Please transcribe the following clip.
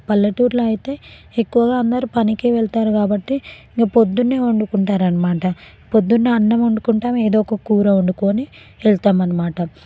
పల్లెటూళ్ళలో ఐతే ఎక్కువగా అందరూ పనికే వెళతారు కాబట్టి ఇంకా పొద్దున్నే వండుకుంటారు అన్నమాట పొద్దున్నే అన్నం వండుకుంటాము ఏదో ఒక కూర వండుకొని వెళతాము అన్నమాట